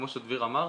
כמו שדביר אמר,